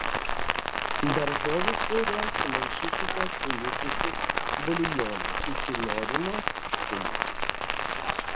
daržovių piurė sumaišykite su likusiu buljonu iki norimo tirštumo